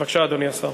בבקשה, אדוני השר.